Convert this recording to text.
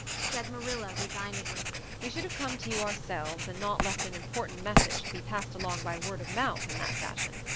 said marilla resignedly. we should have come to you ourselves and not left an important message to be passed along by word of mouth in that fashion.